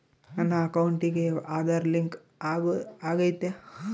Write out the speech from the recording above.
ನನ್ನ ಅಕೌಂಟಿಗೆ ಆಧಾರ್ ಲಿಂಕ್ ಆಗೈತಾ?